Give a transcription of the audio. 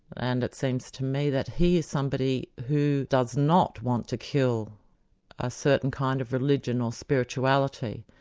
and it seems to me that he is somebody who does not want to kill a certain kind of religion or spirituality,